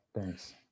thanks